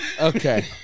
Okay